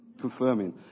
confirming